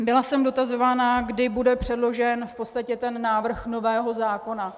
Byla jsem dotazována, kdy bude předložen v podstatě návrh nového zákona.